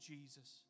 Jesus